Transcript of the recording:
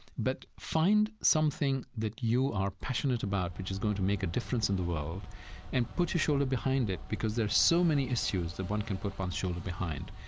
but find something that you are passionate about which is going to make a difference in the world and put your shoulder behind it, because there're so many issues that one can put one's shoulder behind,